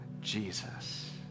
Jesus